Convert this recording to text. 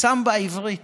שם בה עברית